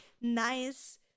nice